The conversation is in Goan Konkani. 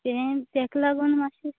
तें तेकां लागून मात्शें